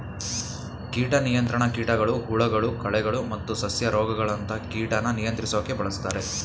ಕೀಟ ನಿಯಂತ್ರಣ ಕೀಟಗಳು ಹುಳಗಳು ಕಳೆಗಳು ಮತ್ತು ಸಸ್ಯ ರೋಗಗಳಂತ ಕೀಟನ ನಿಯಂತ್ರಿಸೋಕೆ ಬಳುಸ್ತಾರೆ